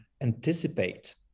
anticipate